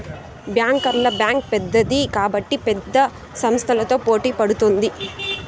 బ్యాంకర్ల బ్యాంక్ పెద్దది కాబట్టి పెద్ద సంస్థలతో పోటీ పడుతుంది